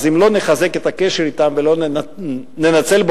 אם לא נחזק את הקשר אתם ולא ננצל אותם,